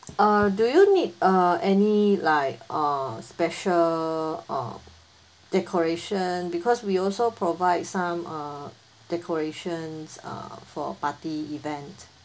uh do you need uh any like uh special uh decoration because we also provide some uh decorations uh for party event